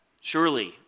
surely